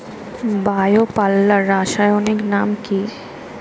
Bio পাল্লার রাসায়নিক নাম কি?